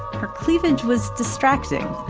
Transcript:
her cleavage was distracting.